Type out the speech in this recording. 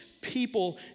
people